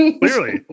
Clearly